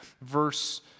Verse